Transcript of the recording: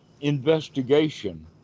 investigation